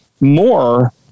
more